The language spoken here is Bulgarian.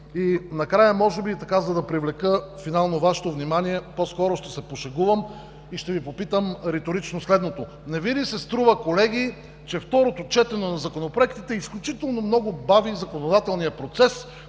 Накрая, може би, за да привлека финално Вашето внимание, по-скоро ще се пошегувам и ще Ви попитам риторично следното: не Ви ли се струва, колеги, че второто четене на законопроектите изключително много бави законодателния процес,